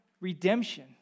redemption